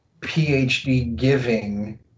PhD-giving